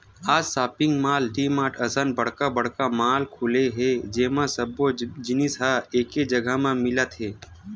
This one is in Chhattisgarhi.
आज सॉपिंग मॉल, डीमार्ट असन बड़का बड़का मॉल खुले हे जेमा सब्बो जिनिस ह एके जघा म मिलत हे